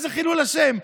איזה חילול השם,